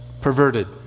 perverted